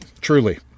truly